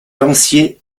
lancier